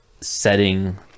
setting